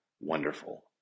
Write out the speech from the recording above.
wonderful